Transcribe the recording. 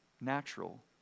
natural